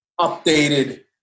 updated